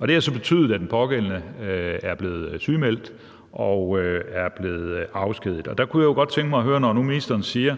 det har så betydet, at den pågældende er blevet sygemeldt og er blevet afskediget. Der kunne jeg jo godt tænke mig at høre om noget. Når nu ministeren siger,